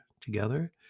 Together